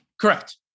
Correct